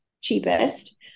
cheapest